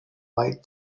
white